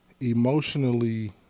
emotionally